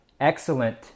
Excellent